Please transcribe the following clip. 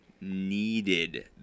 needed